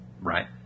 right